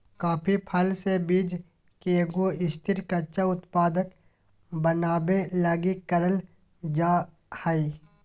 coffee फल से बीज के एगो स्थिर, कच्चा उत्पाद बनाबे लगी करल जा हइ